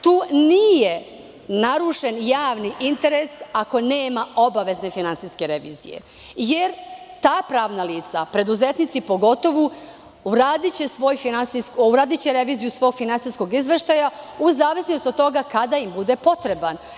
Tu nije narušen javni interes ako nema obavezne finansijske revizije, jer ta pravna lica, pogotovo preduzetnici, uradiće reviziju svog finansijskog izveštaja u zavisnosti od toga kada im bude potreban.